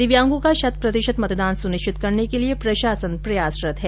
दिव्यांगों का शत प्रतिशत मतदान सुनिश्चित करने के लिये प्रशासन प्रयासरत है